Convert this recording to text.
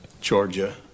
Georgia